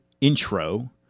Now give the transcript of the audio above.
intro